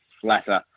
flatter